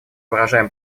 выражаем